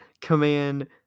command